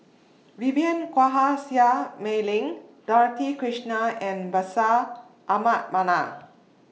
Vivien Quahe Seah Mei Lin Dorothy Krishnan and Bashir Ahmad Mallal